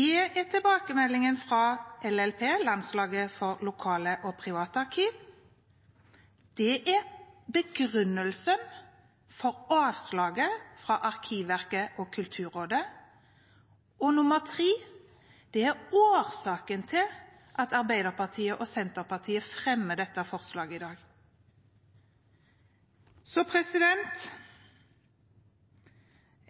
er tilbakemeldingen fra Landslaget for lokal- og privatarkiv, LLP, dette er begrunnelsen for avslaget fra Arkivverket og Kulturrådet, og det er årsaken til at Arbeiderpartiet og Senterpartiet fremmer dette forslaget i